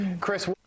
chris